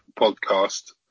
podcast